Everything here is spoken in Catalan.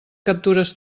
captures